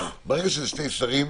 ברגע שזה שני שרים,